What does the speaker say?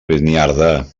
beniardà